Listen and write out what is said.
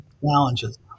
challenges